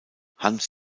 hans